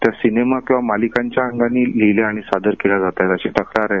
त्या सिनेमा किंवा मालिकांच्या अंगानं लिहल्या आणि सादर केल्या जातात अशी तक्रार आहे